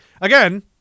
Again